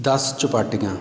ਦਸ ਚੁਪਾਟੀਆ